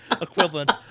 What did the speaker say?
equivalent